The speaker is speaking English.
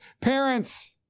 parents